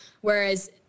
whereas